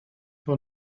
for